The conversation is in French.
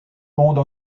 monde